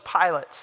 Pilate